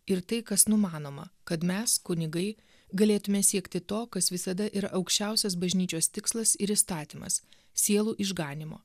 ir tai kas numanoma kad mes kunigai galėtume siekti to kas visada yra aukščiausias bažnyčios tikslas ir įstatymas sielų išganymo